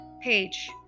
page